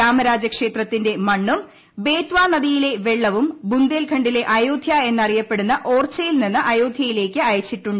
രാം രാജ ക്ഷേത്രത്തിന്റെ മണ്ണും ബേത്വ നദിയിലെ വെള്ളവും ബുന്ദേൽഖണ്ഡിലെ അയോധ്യ എന്നറിയപ്പെടുന്ന ഓർച്ചയിൽ നിന്ന് അയോധ്യയിലേക്ക് അയച്ചിട്ടുണ്ട്